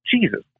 Jesus